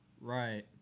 Right